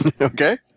Okay